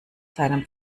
seinem